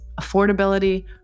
affordability